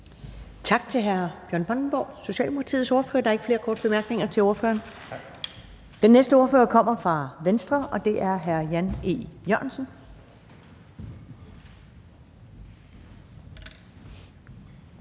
Tak til hr. Bjørn Brandenborg, Socialdemokratiets ordfører. Der er ikke flere korte bemærkninger til ordføreren. Den næste ordfører kommer fra Venstre, og det er hr. Jan E. Jørgensen.